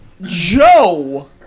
Joe